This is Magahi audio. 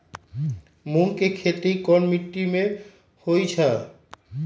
मूँग के खेती कौन मीटी मे होईछ?